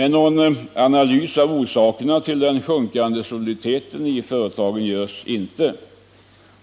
Någon analys av orsakerna till den sjunkande soliditeten i företagen görs inte.